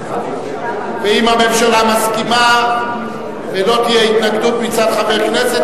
ואם הממשלה מסכימה ולא תהיה התנגדות מצד חבר כנסת,